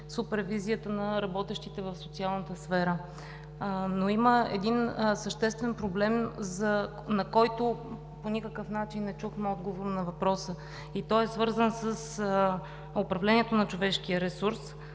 супервизията на работещите в социалната сфера. Има един съществен проблем, на който не чухме отговор на въпроса, и той е свързан с управлението на човешкия ресурс,